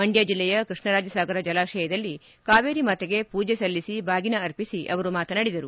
ಮಂಡ್ಡ ಜಿಲ್ಲೆಯ ಕೃಷ್ಣರಾಜಸಾಗರ ಜಲಾಶಯದಲ್ಲಿ ಕಾವೇರಿ ಮಾತೆಗೆ ಪೂಜೆ ಸಲ್ಲಿಸಿ ಬಾಗಿನ ಅರ್ಪಿಸಿ ಅವರು ಮಾತನಾಡಿದರು